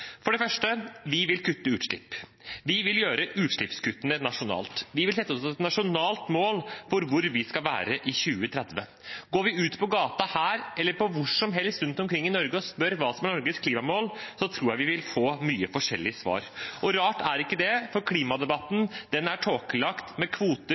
For det første vil vi kutte utslipp. Vi vil gjøre utslippskuttene nasjonalt. Vi vil sette oss et nasjonalt mål for hvor vi skal være i 2030. Går vi ut på gaten her, eller hvor som helst rundt omkring i Norge, og spør hva som er Norges klimamål, tror jeg vi vil få mange forskjellige svar. Og rart er ikke det, for klimadebatten er tåkelagt med kvoter,